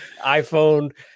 iPhone